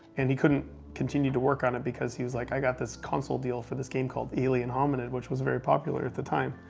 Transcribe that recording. and he couldn't continue to work on it because he's like, i got this console deal for this game called alien hominid, which was very popular at the time.